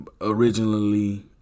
originally